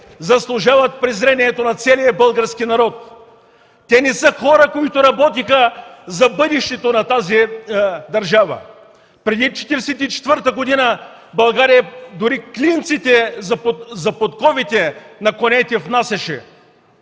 заслужават презрението на целия български народ. Те не са хора, които работиха за бъдещето на тази държава. Преди 1944 г. България внасяше дори клинците за подковите на конете, а през